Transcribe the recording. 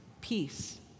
peace